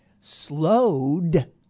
slowed